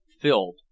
filled